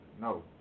no